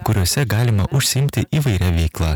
kuriose galima užsiimti įvairia veikla